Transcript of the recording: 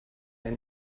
ein